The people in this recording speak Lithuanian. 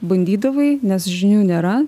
bandydavai nes žinių nėra